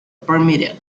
permitted